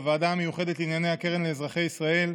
בוועדה המיוחדת לענייני הקרן לאזרחי ישראל,